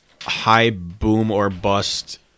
high-boom-or-bust